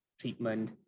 treatment